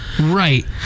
Right